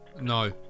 No